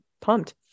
pumped